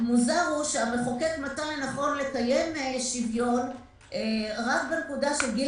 מוזר שהמחוקק מצא לנכון לקיים שוויון רק בנקודה של גיל